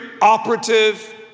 operative